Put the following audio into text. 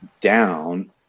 down